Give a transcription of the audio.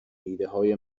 ایدههای